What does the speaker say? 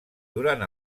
durant